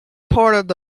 part